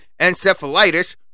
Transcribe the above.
encephalitis